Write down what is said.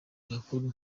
bakuru